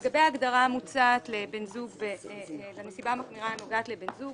לגבי ההגדרה המוצעת לנסיבה מחמירה הנוגעת לבן זוג,